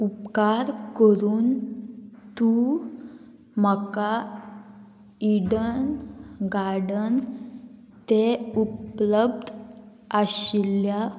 उपकार करून तूं म्हाका इडन गार्डन ते उपलब्ध आशिल्ल्या